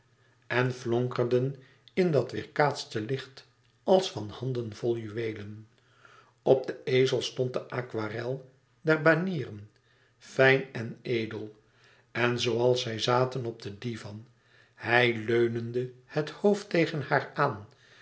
en flonkerden in dat weêrkaatste licht als van handenvol juweelen op den ezel stond de aquarel der banieren fijn en edel en zooals zij zaten op den divan hij leunende het hoofd tegen haar aan